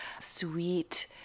sweet